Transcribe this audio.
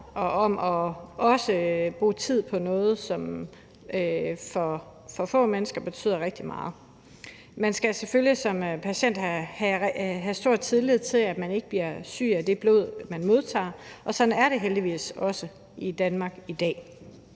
og også kan bruge tid på noget, som for få mennesker betyder rigtig meget. Man skal selvfølgelig som patient have stor tillid til, at man ikke bliver syg af det blod, man modtager, og sådan er det heldigvis også i Danmark i dag.